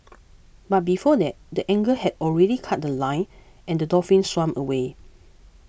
but before that the angler had already cut The Line and the dolphin swam away